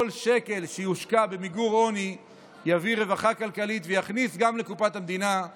כל שקל שיושקע במיגור עוני יביא רווחה כלכלית ויכניס לקופת המדינה גם